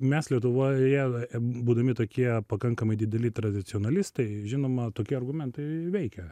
mes lietuvoje būdami tokie pakankamai dideli tradicionalistai žinoma tokie argumentai veikia